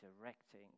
directing